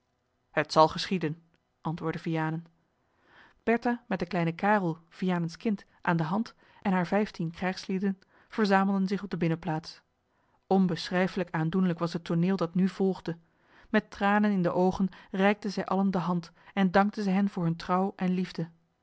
het zal geschieden antwoordde vianen bertha met den kleinen karel vianens kind aan de hand en haar vijftien krijgslieden verzamelden zich op de binnenplaats onbeschrijflijk aandoenlijk was het tooneel dat nu volgde met tranen in de oogen reikte zij allen de hand en dankte zij hen voor hunne trouw en liefde